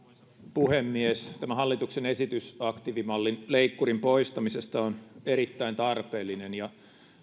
puhemies tämä hallituksen esitys aktiivimallin leikkurin poistamisesta on erittäin tarpeellinen